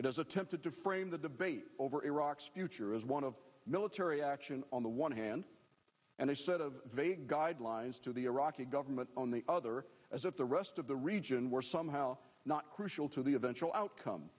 has attempted to frame the debate over iraq's future as one of military action on the one hand and a set of vague guidelines to the iraqi government on the other as if the rest of the region were somehow not crucial to the eventual outcome